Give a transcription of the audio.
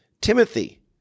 Timothy